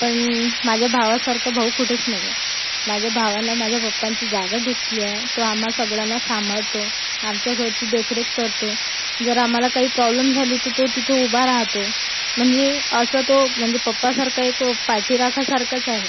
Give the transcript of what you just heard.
पण माझ्या भावासारखा भाऊ कुठेच नाही आहे माझ्या भावानं माझ्या पप्पांची जागा घेतली आहे तो आम्हा सगळ्यांना सांभाळतो आमच्या घरची देखरेख करतो जर आम्हाला काही प्रॉब्लम झाली तर तो तिथं उभा राहतो म्हणजे असं तो म्हणजे पप्पासारखा एक पाठीराखासारखाच आहे